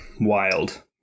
Wild